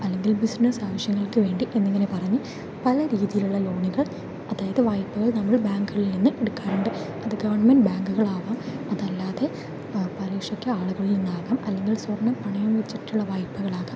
അല്ലങ്കിൽ ബിസിനസ്സ് ആവശ്യങ്ങൾക്ക് വേണ്ടി എന്നിങ്ങനെ പറഞ്ഞ് പല രീതിയിലുള്ള ലോണുകൾ അതായത് വായ്പ്പകൾ നമ്മൾ ബാങ്കുകളിൽ നിന്ന് എടുക്കാറുണ്ട് അത് ഗവൺമെൻറ് ബാങ്കുകളാവാം അതല്ലാതെ പലിശയ്ക്ക് ആളുകളിൽ നിന്ന് ആകാം അല്ലെങ്കിൽ സ്വർണ്ണം പണയം വെച്ചിട്ടുള്ള വായ്പ്പകളാകാം